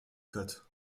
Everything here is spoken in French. côte